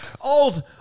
Old